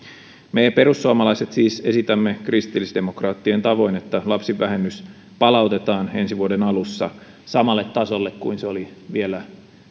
me perussuomalaiset siis esitämme kristillisdemokraattien tavoin että lapsivähennys palautetaan ensi vuoden alussa samalle tasolle kuin se oli vielä